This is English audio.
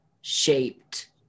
shaped